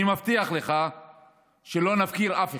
אני מבטיח לך שלא נפקיר אף אחד.